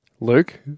Luke